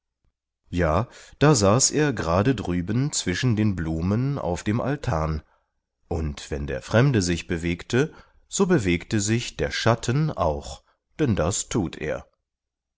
ja da saß er gerade drüben zwischen den blumen auf dem altan und wenn der fremde sich bewegte so bewegte sich der schatten auch denn das thut er